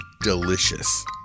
delicious